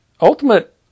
ultimate